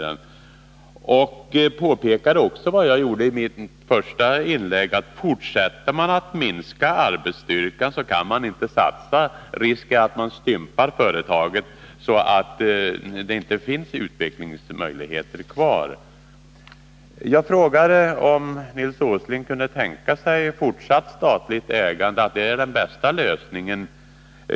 Han påpekar, vilket jag också gjorde i mitt första inlägg, att om man fortsätter att minska arbetsstyrkan kan man inte satsa. Risken är att man stympar företaget så att det inte finns några utvecklingsmöjligheter kvar. Jag frågade om Nils Åsling kunde tänka sig att fortsatt statligt ägande är den bästa lösningen.